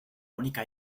única